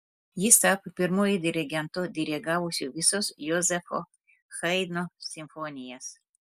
jis tapo pirmuoju dirigentu dirigavusiu visas jozefo haidno simfonijas